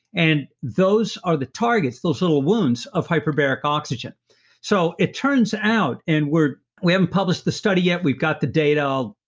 and those are the targets, those little wounds of hyperbaric oxygen so it turns out and we haven't published the study yet, we've got the data,